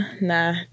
Nah